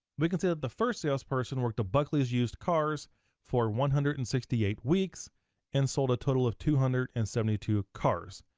we can see that the first salesperson worked at buckley's used cars for one hundred and sixty eight weeks and sold a total of two hundred and seventy two cars.